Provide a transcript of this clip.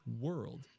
world